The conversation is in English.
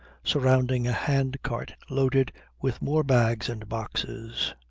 surrounding a hand-cart loaded with more bags and boxes.